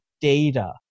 data